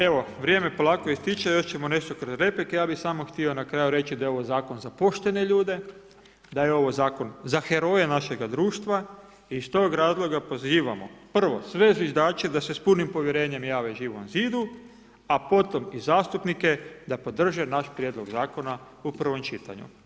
Evo, vrijeme polako ističe, još ćemo nešto kroz replike, ja bi samo htio na kraju reći, da je ovo zakon za poštene ljude, da je ovo zakon za heroje našega društva i iz toga razloga pozivamo, prvo, sve zviždače da se s punim povjerenjem jave Živom zidu a potom i zastupnike da podrže naš prijedlog zakona u prvom čitanju.